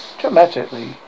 Dramatically